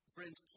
Friends